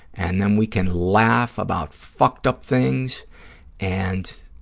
and then we can laugh about fucked-up things and